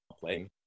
playing